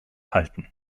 halten